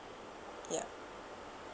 yeah